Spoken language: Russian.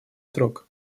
срок